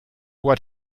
what